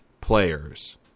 players